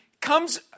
comes